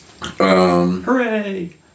Hooray